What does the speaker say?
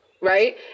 right